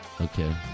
Okay